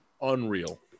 unreal